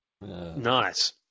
nice